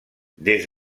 des